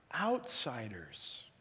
outsiders